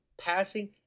passing